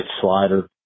slider